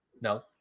No